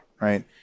right